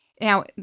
Now